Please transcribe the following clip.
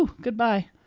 goodbye